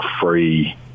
free